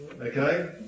okay